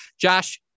Josh